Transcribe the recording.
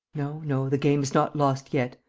no, no, the game is not lost yet.